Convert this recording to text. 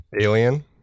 Alien